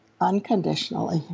unconditionally